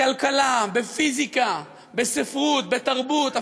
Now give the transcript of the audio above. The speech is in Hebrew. בכלכלה, בפיזיקה, בספרות, בתרבות.